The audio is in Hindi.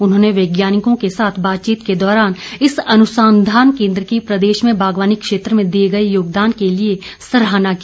उन्होंने वैज्ञानिकों को साथ बातचीत के दौरान इस अनुसंधान केंद्र की प्रदेश में बागवानी क्षेत्र में दिए गए योगदान के लिए सराहना की